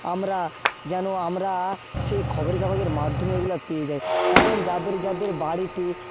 আমরা যেন আমরা সেই খবরে কাগজের মাধ্যমে এগুলো পেয়ে যাই কারণ যাদের যাদের বাড়িতে